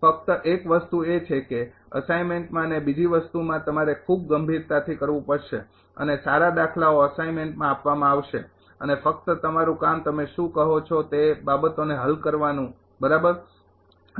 ફક્ત એક વસ્તુ એ છે કે અસાઇનમેન્ટમાં અને બીજી વસ્તુમાં તમારે ખૂબ ગંભીરતાથી કરવું પડશે અને સારા દાખલાઓ અસાઇનમેન્ટમાં આપવામાં આવશે અને ફક્ત તમારુ કામ તમે શું કહો છો તે બાબતોને હલ કરવાનું બરાબર